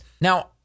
Now